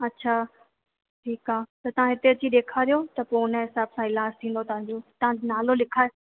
अछा ठीकु आहे त तव्हां हिते अची करे ॾेखारियो त पोइ उन हिसाब सां इलाजु थींदो तव्हांजो तव्हां नालो लिखायो